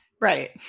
Right